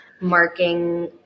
marking